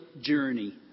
journey